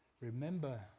remember